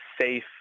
safe